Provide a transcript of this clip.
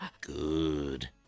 Good